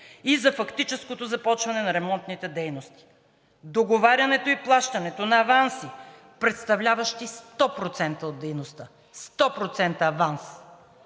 за фактическото започване на ремонтните дейности. Договарянето и плащането на аванси, представляващи 100% от дейността – 100% аванс